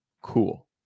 cool